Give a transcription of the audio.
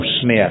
Smith